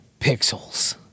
pixels